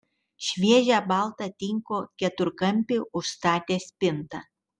šviežią baltą tinko keturkampį užstatė spinta